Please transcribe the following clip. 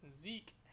Zeke